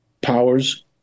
powers